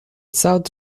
south